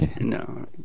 No